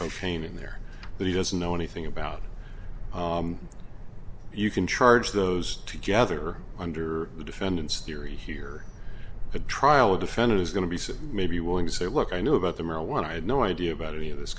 cocaine in there that he doesn't know anything about you can charge those to gather under the defendant's theory here the trial defendant is going to be so maybe willing to say look i know about the marijuana i had no idea about any of this